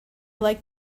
like